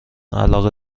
علاقه